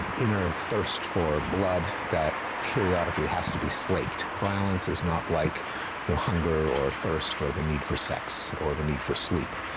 inner thirst for blood that periodically has to be slaked. violence is not like hunger or thirst or the need for sex or the need for sleep.